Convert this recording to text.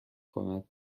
کند